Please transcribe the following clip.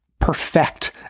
perfect